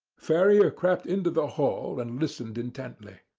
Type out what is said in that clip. ferrier crept into the hall and listened intently.